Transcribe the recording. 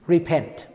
Repent